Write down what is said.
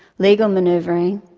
legal manoeuvering,